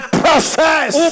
process